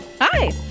Hi